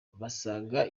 basaga